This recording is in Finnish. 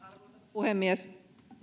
puhemies